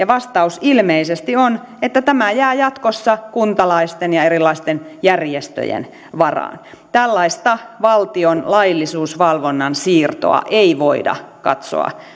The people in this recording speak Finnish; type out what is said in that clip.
vastaus ilmeisesti on että tämä jää jatkossa kuntalaisten ja erilaisten järjestöjen varaan tällaista valtion laillisuusvalvonnan siirtoa ei voida katsoa